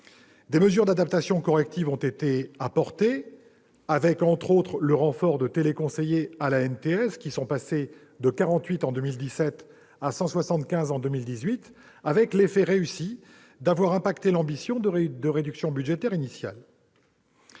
Des mesures d'adaptation ou correctives ont été apportées, comme le renfort de téléconseillers à l'ANTS, dont le nombre est passé de 48 en 2017 à 175 en 2018, avec l'effet réussi d'avoir impacté l'ambition de réduction budgétaire initiale.